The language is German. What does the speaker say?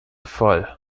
voll